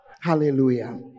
Hallelujah